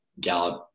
Gallup